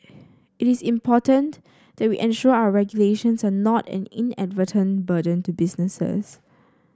it is important that we ensure our regulations are not an inadvertent burden to businesses